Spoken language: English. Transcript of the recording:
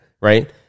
Right